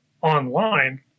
online